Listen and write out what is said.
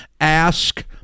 Ask